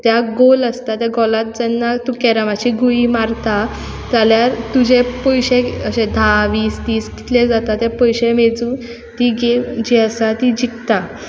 त्या गोल आसता त्या गोलांत जर तूं कॅरमाची गुळी मारता जाल्यार तुजे पयशे अशें धा वीस तीस कितले जाता ते पयशे मेजून ती गेम जी आसा ती जिकता